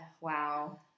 wow